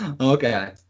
okay